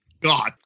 God